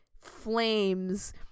flames